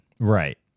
Right